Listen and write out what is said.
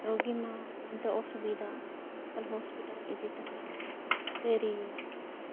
ᱨᱚᱜᱤ ᱢᱟ ᱱᱚᱛᱮ ᱚᱥᱩᱵᱤᱫᱷᱟ ᱟᱨ ᱦᱚᱥᱯᱤᱴᱟᱞ ᱤᱫᱤ ᱛᱮᱦᱚᱸ ᱫᱮᱨᱤ ᱭᱮᱱᱟ